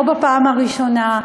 לא בפעם הראשונה.